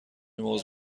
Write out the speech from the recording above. موز